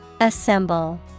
Assemble